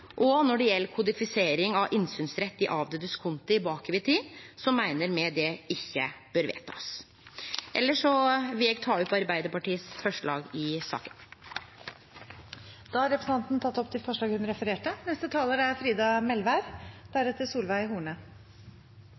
Og når det gjeld kodifisering av innsynsrett i avdødes konti bakover i tid, meiner me det ikkje bør bli vedteke. Eg vil ta opp forslaget frå Arbeidarpartiet og forslaga frå Arbeidarpartiet og SV i saka. Representanten Lene Vågslid har tatt opp de forslagene hun refererte